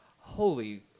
Holy